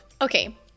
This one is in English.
Okay